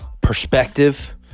perspective